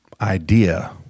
idea